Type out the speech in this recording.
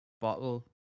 bottle